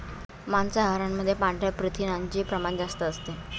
मांसाहारामध्ये पांढऱ्या प्रथिनांचे प्रमाण जास्त असते